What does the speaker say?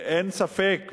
אין ספק,